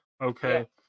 Okay